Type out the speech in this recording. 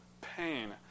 pain